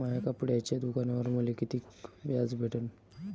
माया कपड्याच्या दुकानावर मले कितीक व्याज भेटन?